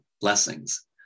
blessings